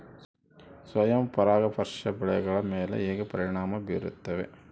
ಸ್ವಯಂ ಪರಾಗಸ್ಪರ್ಶ ಬೆಳೆಗಳ ಮೇಲೆ ಹೇಗೆ ಪರಿಣಾಮ ಬೇರುತ್ತದೆ?